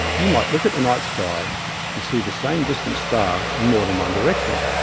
you might look at the night sky and see the same distant star in more than one direction,